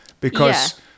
Because-